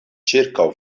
ĉirkaŭ